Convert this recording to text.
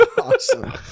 awesome